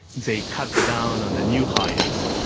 they cut down on the new hires.